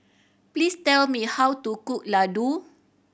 please tell me how to cook Ladoo